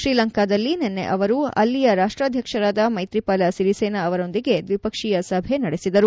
ಶ್ರೀಲಂಕಾದಲ್ಲಿ ನಿನ್ನೆ ಅವರು ಅಲ್ಲಿಯ ರಾಷ್ಟಾಧ್ವಕ್ಷರಾದ ಮೈತ್ರಿಪಾಲ ಸಿರಿಸೇನಾ ಅವರೊಂದಿಗೆ ದ್ವಿಪಕ್ಷೀಯ ಸಭೆಯನ್ನು ನಡೆಸಿದರು